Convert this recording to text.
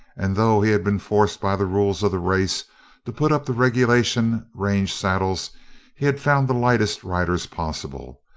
and though he had been forced by the rules of the race to put up the regulation range saddles he had found the lightest riders possible.